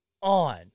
on